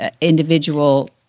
individual